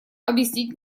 объяснить